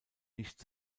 nicht